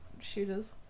shooters